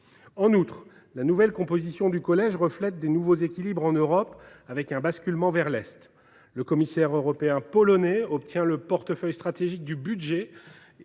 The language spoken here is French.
En outre, la nouvelle composition du collège reflète les nouveaux équilibres en Europe, marqués par un basculement vers l’est. Ainsi, le commissaire européen polonais obtient le portefeuille stratégique du budget,